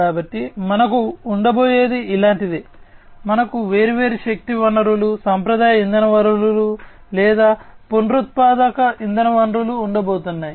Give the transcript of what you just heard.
కాబట్టి మనకు ఉండబోయేది ఇలాంటిదే మనకు వేర్వేరు శక్తి వనరులు సాంప్రదాయ ఇంధన వనరులు లేదా పునరుత్పాదక ఇంధన వనరులు ఉండబోతున్నాయి